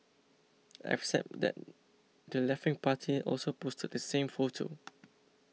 except that the leftwing party also posted the same photo